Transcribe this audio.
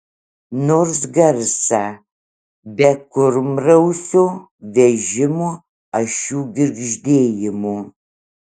nors garsą be kurmrausio vežimo ašių girgždėjimo